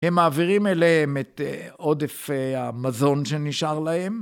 הם מעבירים אליהם את עודף המזון שנשאר להם.